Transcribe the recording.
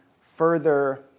further